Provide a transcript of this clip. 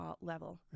Level